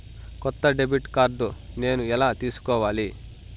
కొత్త debit card నేను ఎలా తీసుకోవాలి?